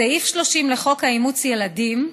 סעיף 30 לחוק אימוץ ילדים,